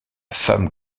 femme